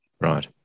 Right